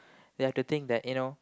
they have to think that you know